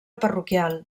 parroquial